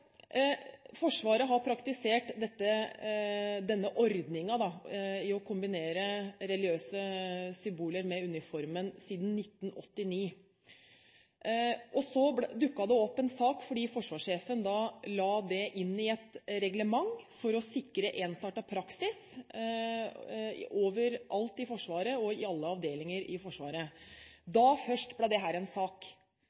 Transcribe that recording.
Forsvaret har praktisert denne ordningen med å kombinere religiøse symboler med uniformen siden 1989. Så dukket det opp en sak, fordi forsvarssjefen la det inn i et reglement for å sikre ensartet praksis overalt i Forsvaret og i alle avdelinger i Forsvaret.